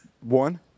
one